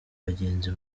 bagenzi